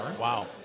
Wow